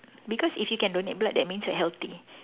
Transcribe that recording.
because if you can donate blood that means you're healthy